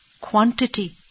Quantity